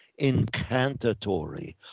incantatory